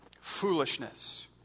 Foolishness